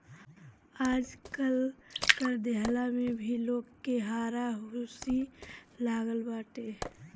आजकल कर देहला में भी लोग के हारा हुसी लागल बाटे